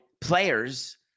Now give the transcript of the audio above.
players